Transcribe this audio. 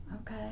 Okay